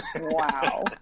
wow